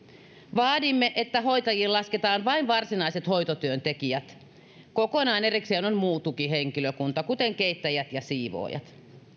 vaadimme että hoitajiin lasketaan vain varsinaiset hoitotyöntekijät kokonaan erikseen on muu tukihenkilökunta kuten keittäjät ja siivoojat